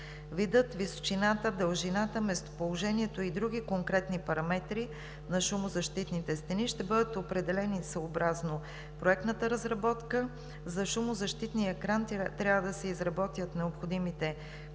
Видът, височината, дължината, местоположението и други конкретни параметри на шумозащитните стени ща бъдат определени съобразно проектната разработка. За шумозащитния кран трябва да се изработят необходимите конструктивни